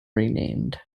renamed